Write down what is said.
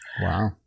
Wow